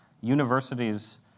universities